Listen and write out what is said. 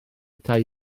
tai